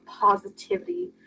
positivity